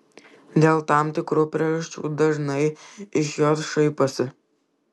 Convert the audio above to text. dėl tam tikrų priežasčių dažnai iš jos šaiposi